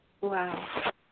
Wow